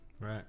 Right